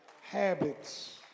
Habits